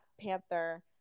panther